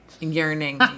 yearning